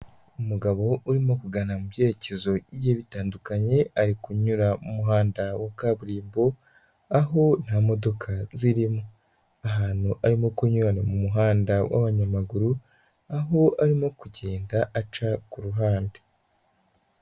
Umugabo urimo kugana mu byerekezo bigiye bitandukanye, ari kunyura mu muhanda wa kaburimbo aho nta modoka zirimo, ahantu arimo kunyurana mu muhanda w'abanyamaguru aho arimo kugenda aca ku ruhande.